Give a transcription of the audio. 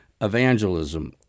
evangelism